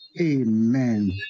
Amen